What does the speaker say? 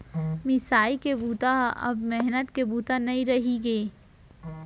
मिसाई के बूता ह अब मेहनत के बूता नइ रहि गे हे